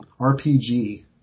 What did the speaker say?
RPG